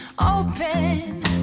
open